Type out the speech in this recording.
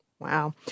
Wow